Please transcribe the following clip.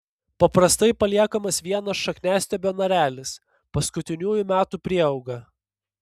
paprastai paliekamas vienas šakniastiebio narelis paskutiniųjų metų prieauga